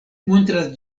montras